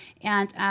and,